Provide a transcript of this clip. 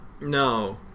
No